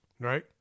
right